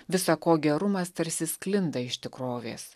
visa ko gerumas tarsi sklinda iš tikrovės